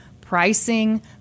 pricing